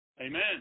Amen